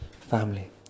Family